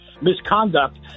misconduct